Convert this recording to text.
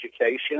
education